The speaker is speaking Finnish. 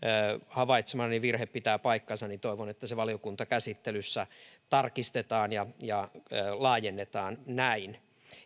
havaitsemani virhe pitää paikkansa niin toivon että se valiokuntakäsittelyssä tarkistetaan ja ja sitä laajennetaan näin